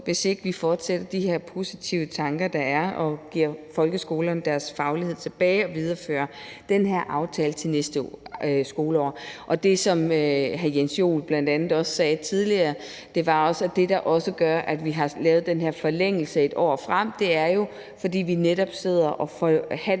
hvis ikke vi fortsætter de her positive tanker, der er, og giver folkeskolerne deres faglighed tilbage og viderefører den her aftale til næste skoleår. Det, som hr. Jens Joel bl.a. også sagde tidligere, var, at det, der også gør, at vi har lavet den her forlængelse et år frem, er jo, fordi vi netop sidder og forhandler